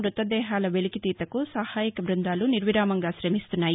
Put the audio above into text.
మృతదేహాల వెలికితీతకు నహాయక బృందాలు నిర్విరామంగా గ్రశమిన్తున్నాయి